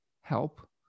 help